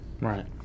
right